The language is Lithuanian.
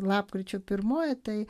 lapkričio pirmoji tai